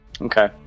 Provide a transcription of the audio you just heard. Okay